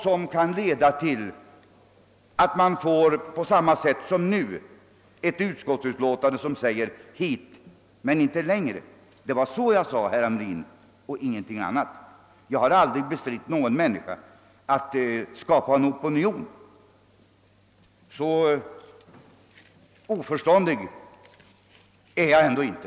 Då får vi kanske på samma sätt som nu ett utskottsutlåtande där det heter »hit men inte längre». Det var så jag sade, herr Hamrin i Kalmar, och ingenting annat. Jag har aldrig förmenat någon människa rätten att skapa en opinion — så oförståndig är jag ändå inte.